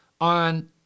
on